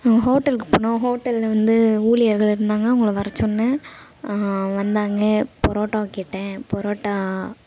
ஹோட்டலுக்கு போனோம் ஹோட்டலில் வந்து ஊழியர்கள் இருந்தாங்கன்னா அவங்கள வர சொன்ன வந்தாங்க பரோட்டா கேட்டேன் பரோட்டா